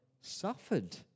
suffered